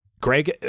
Greg